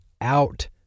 out